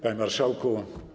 Panie Marszałku!